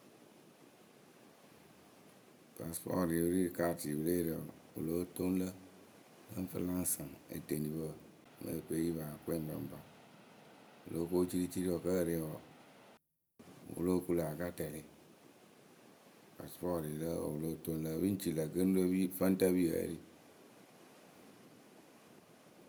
pasɨpɔrɩyǝ ri rɨ karɨtɩ pɨ le re wǝǝ wɨ lóo toŋ lǝ. lǝ ŋ fɨ la ŋ saŋ etenupǝ o lóo ko ciriciri wǝǝ kǝ e re wɨ wǝǝ, Wɨ lóo kuŋ lǝ̈ a ka tɛlɩ pasɨpɔrɩ lǝ wǝ wɨ lóo toŋ lǝ pɨ ŋ ci lǝ̈ gɨŋrǝ fǝŋtǝpiyǝ wǝ́ eri.